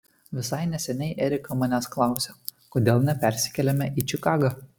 visai neseniai erika manęs klausė kodėl nepersikeliame į čikagą